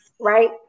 right